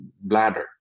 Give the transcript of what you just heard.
bladder